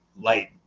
light